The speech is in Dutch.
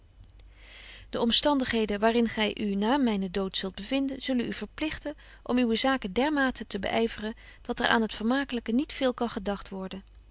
de omstandigheden waar in gy u na mynen dood zult bevinden zullen u verpligten om uwe zaken dermate te beyveren dat er aan het vermakelyke niet veel kan gedagt worden